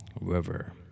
river